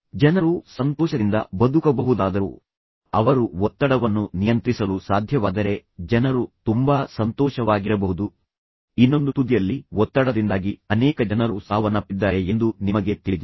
ಜನರು ಸಂತೋಷದಿಂದ ಬದುಕಬಹುದಾದರೂ ಅವರು ಒತ್ತಡವನ್ನು ನಿಯಂತ್ರಿಸಲು ಸಾಧ್ಯವಾದರೆ ಜನರು ತುಂಬಾ ಸಂತೋಷವಾಗಿರಬಹುದು ಇನ್ನೊಂದು ತುದಿಯಲ್ಲಿ ಒತ್ತಡದಿಂದಾಗಿ ಅನೇಕ ಜನರು ಸಾವನ್ನಪ್ಪಿದ್ದಾರೆ ಎಂದು ನಿಮಗೆ ತಿಳಿದಿದೆ